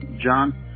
John